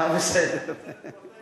צריך פרוטקציה.